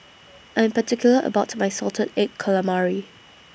I'm particular about My Salted Egg Calamari